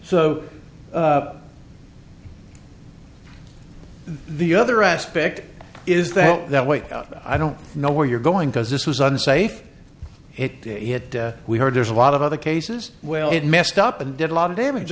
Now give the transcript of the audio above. so the other aspect is the hell that way i don't know where you're going because this was unsafe it we heard there's a lot of other cases well it messed up and did a lot of damage